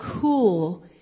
cool